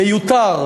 מיותר,